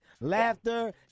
Laughter